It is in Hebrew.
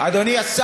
אדוני השר,